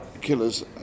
Killers